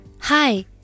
Hi